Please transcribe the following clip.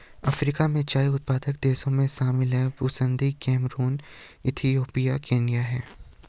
Africa में चाय उत्पादक देशों में शामिल हैं बुसन्दी कैमरून इथियोपिया केन्या है